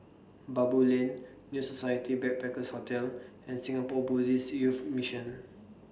Baboo Lane New Society Backpackers' Hotel and Singapore Buddhist Youth Mission